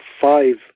five